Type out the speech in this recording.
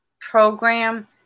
program